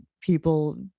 people